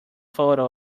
photo